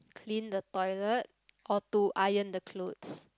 clean the toilet or to iron the clothes